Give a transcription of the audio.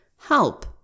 help